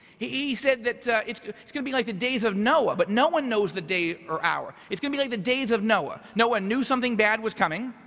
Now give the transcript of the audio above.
he said that it's it's gonna be like the days of noah, but no one knows the day or hour, it's gonna be like the days of noah, no one knew something bad was coming,